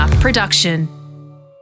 Production